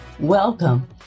Welcome